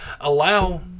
Allow